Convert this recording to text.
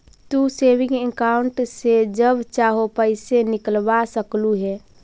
तू saving account से जब चाहो पैसे निकलवा सकलू हे